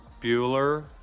Bueller